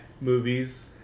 movies